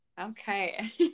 Okay